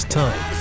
time